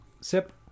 sip